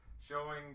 showing